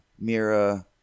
Mira